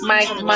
Mike